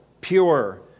pure